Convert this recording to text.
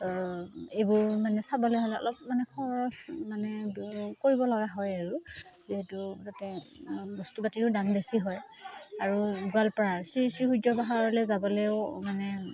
এইবোৰ মানে চাবলে হ'লে অলপ মানে খৰচ মানে কৰিব লগা হয় আৰু যিহেতু যাতে বস্তু পাতিৰো দাম বেছি হয় আৰু গোৱালপাৰা শ্ৰী শ্ৰী সূৰ্য পাহাৰলে যাবলেও মানে